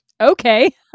Okay